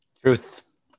Truth